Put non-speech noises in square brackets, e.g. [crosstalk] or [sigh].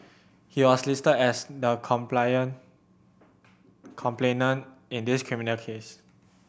he was listed as the [unintelligible] complainant in this criminal case